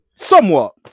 Somewhat